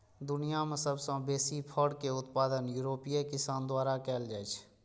दुनिया मे सबसं बेसी फर के उत्पादन यूरोपीय किसान द्वारा कैल जाइ छै